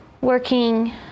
working